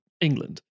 England